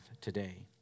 today